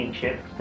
chips